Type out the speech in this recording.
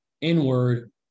inward